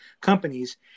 companies